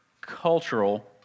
cultural